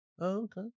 okay